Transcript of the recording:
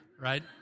right